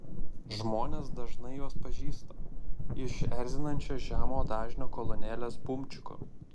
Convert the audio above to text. žmonės dažnai juos pažįsta iš erzinančio žemo dažnio kolonėlės bumčiko